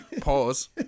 Pause